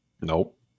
Nope